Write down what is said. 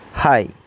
Hi